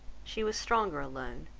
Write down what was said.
she was stronger alone,